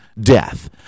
death